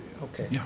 okay.